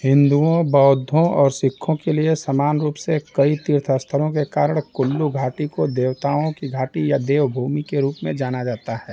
हिंदुओं बौद्धों और सिखों के लिए समान रूप से कई तीर्थ स्थलों के कारण कुल्लू घाटी को देवताओं की घाटी या देव भूमि के रूप में जाना जाता है